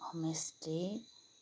homestay